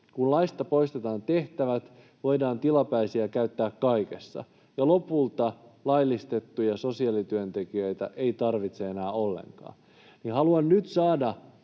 Kun laista poistetaan tehtävät, voidaan tilapäisiä käyttää kaikessa. Ja lopulta laillistettuja sosiaalityöntekijöitä ei tarvita enää ollenkaan.” Haluan nyt saada